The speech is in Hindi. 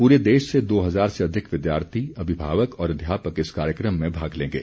पूरे देश से दो हजार से अधिक विद्यार्थी अभिभावक और अध्यापक इस कार्यक्रम में भाग लेंगे